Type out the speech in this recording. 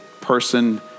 person